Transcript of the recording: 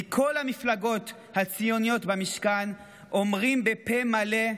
מכל המפלגות הציוניות במשכן, אומרים בפה מלא: